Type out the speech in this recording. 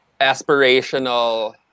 aspirational